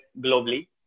globally